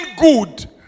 good